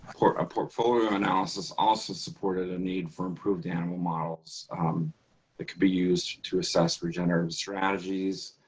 for a portfolio analysis also supported a need for improved animal models that could be used to assess regenerative strategies.